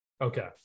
Okay